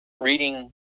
reading